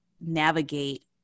navigate